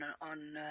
on